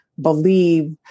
believe